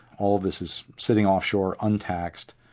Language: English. all this is sitting offshore, untaxed,